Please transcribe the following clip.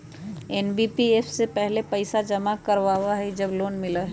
NBFC पहले पईसा जमा करवहई जब लोन मिलहई?